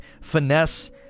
finesse